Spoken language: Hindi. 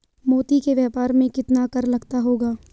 मोती के व्यापार में कितना कर लगता होगा?